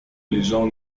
лежал